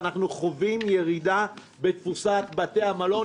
ואנחנו חווים ירידה בתפוסת בתי המלון,